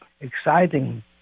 exciting